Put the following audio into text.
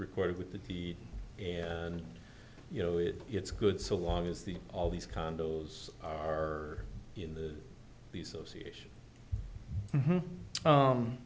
recorded with the key and you know it it's good so long as the all these condos are in the